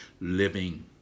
living